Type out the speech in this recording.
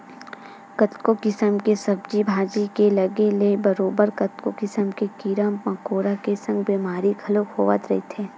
कतको किसम के सब्जी भाजी के लगे ले बरोबर कतको किसम के कीरा मकोरा के संग बेमारी घलो होवत रहिथे